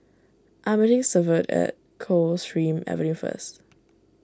I'm meeting Severt at Coldstream Avenue first